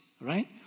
Right